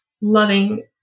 loving